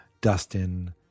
Dustin